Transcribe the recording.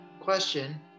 question